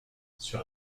sur